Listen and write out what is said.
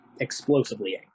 explosively